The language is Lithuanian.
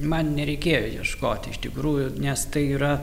man nereikėjo ieškoti iš tikrųjų nes tai yra